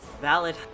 Valid